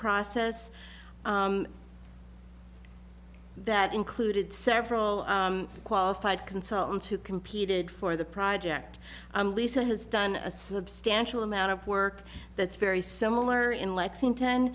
process that included several qualified consultants who competed for the project lisa has done a substantial amount of work that's very similar in lexington